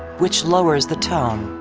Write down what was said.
which lowers the tone.